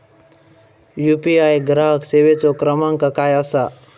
UPI ग्राहक सेवेचो क्रमांक काय असा?